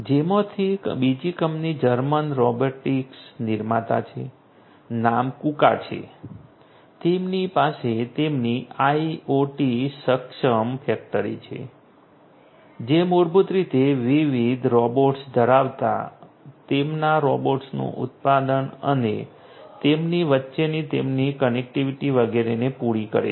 જેમાંથી બીજી company German robotics નિર્માતા છે નામ કુકા છે તેમની પાસે તેમની IoT સક્ષમ ફેક્ટરી છે જે મૂળભૂત રીતે વિવિધ રોબોટ્સ ધરાવતાં તેમના રોબોટ્સનું ઉત્પાદન અને તેમની વચ્ચેની તેમની કનેક્ટિવિટી વગેરેને પૂરી કરે છે